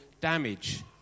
damage